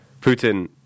putin